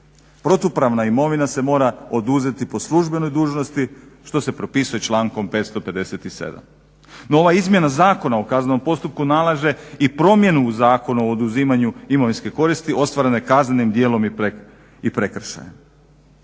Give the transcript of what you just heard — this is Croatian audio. Protupravna imovina se mora oduzeti po službenoj dužnosti što se propisuje člankom 557. No ova izmjena Zakona o kaznenom postupku nalaže i promjenu u zakonu o oduzimanju imovinske koristi ostvarene kaznenim djelom i prekršajem.